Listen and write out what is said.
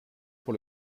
pour